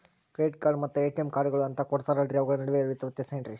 Credit card ಮತ್ತ ATM ಕಾರ್ಡುಗಳು ಅಂತಾ ಕೊಡುತ್ತಾರಲ್ರಿ ಅವುಗಳ ನಡುವೆ ಇರೋ ವ್ಯತ್ಯಾಸ ಏನ್ರಿ?